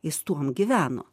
jis tuom gyveno